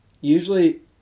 Usually